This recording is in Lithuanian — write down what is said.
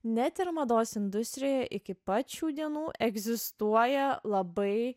net ir mados industrijoje iki pat šių dienų egzistuoja labai